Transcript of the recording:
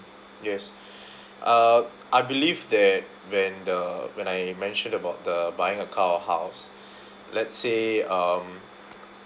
yes uh I believe that when the when I mentioned about the buying a car or house let's say um